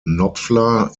knopfler